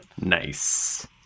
Nice